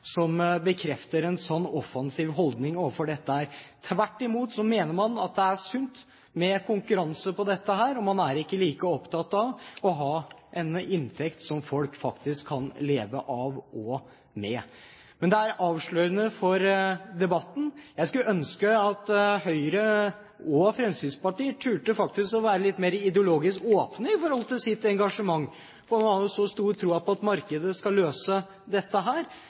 bekrefter en slik offensiv holdning overfor disse. Tvert imot mener man at det er sunt med konkurranse på dette området, og man er ikke like opptatt av at folk har en inntekt som de faktisk kan leve av og med. Men det er avslørende for debatten. Jeg skulle ønske at Høyre og Fremskrittspartiet faktisk turte å være litt mer ideologisk åpne om sitt engasjement – de har jo stor tro på at markedet skal løse dette.